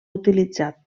utilitzat